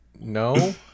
no